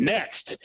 Next